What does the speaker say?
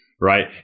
right